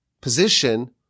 position